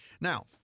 Now